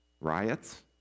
riots